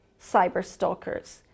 cyberstalkers